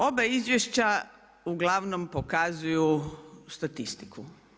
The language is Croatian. Oba izvješća uglavnom pokazuju statistiku.